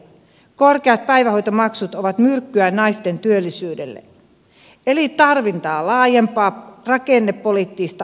korkeat päivähoitomaksut ovat myrkkyä naisten työllisyydelle eli tarvitaan laajempaa rakennepoliittista näkökulmaa perhepolitiikkaan